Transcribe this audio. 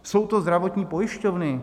Jsou to zdravotní pojišťovny.